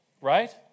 right